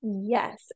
Yes